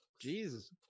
Jesus